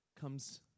comes